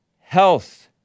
health